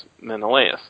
Menelaus